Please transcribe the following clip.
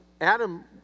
Adam